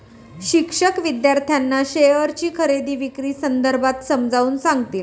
शिक्षक विद्यार्थ्यांना शेअरची खरेदी विक्री संदर्भात समजावून सांगतील